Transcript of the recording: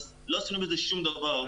אז לא עשינו בזה שום דבר.